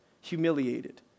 humiliated